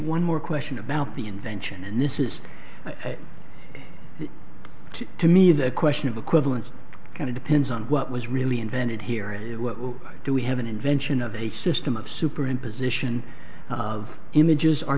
one more question about the invention and this is the to me the question of equivalence kind of depends on what was really invented here is what will do we have an invention of a system of superimposition of images